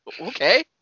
Okay